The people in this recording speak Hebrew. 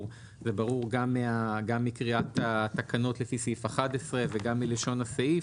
וברור גם מקריאת התקנות לפי סעיף 11 וגם מלשון הסעיף,